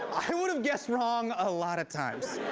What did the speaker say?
i would have guessed wrong a lot of times.